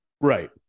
right